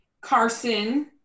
Carson